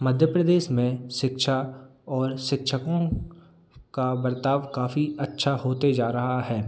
मध्य प्रदेश में शिक्षा और शिक्षकों का बर्ताव काफ़ी अच्छा होते जा रहा है